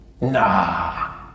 Nah